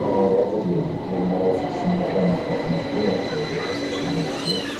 العدد ديال النوافذ في المكان اللي كانخدم فيه يعني كاينين بزاف